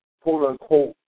quote-unquote